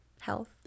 health